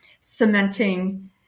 cementing